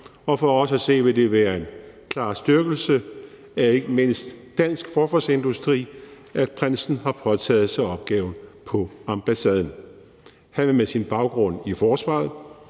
og for os at se vil det være en klar styrkelse af ikke mindst dansk forsvarsindustri, at prinsen har påtaget sig opgaven på ambassaden. Han vil med sin baggrund i forsvaret